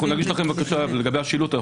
נגיש בקשה חדשה לגבי השילוט.